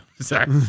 sorry